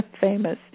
famous